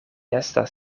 estas